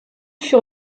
fut